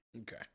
Okay